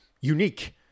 unique